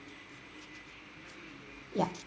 yup